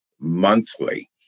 monthly